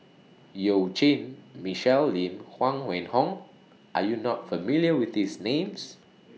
YOU Jin Michelle Lim Huang Wenhong Are YOU not familiar with These Names